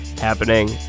happening